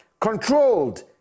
Controlled